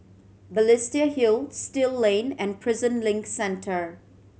Balestier Hill Still Lane and Prison Link Centre